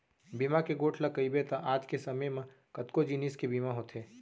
बीमा के गोठ ल कइबे त आज के समे म कतको जिनिस के बीमा होथे